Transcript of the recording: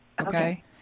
Okay